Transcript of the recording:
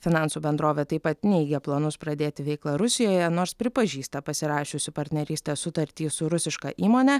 finansų bendrovė taip pat neigia planus pradėti veiklą rusijoje nors pripažįsta pasirašiusi partnerystės sutartį su rusiška įmone